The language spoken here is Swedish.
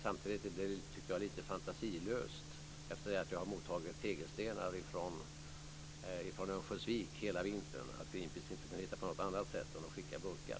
Samtidigt tycker jag att det är lite fantasilöst - efter att jag har mottagit tegelstenar från Örnsköldsvik under hela vintern - att Greenpeace inte kunde hitta på något annat sätt än att skicka burkar.